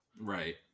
right